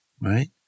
right